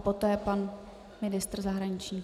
Poté pan ministr zahraničí.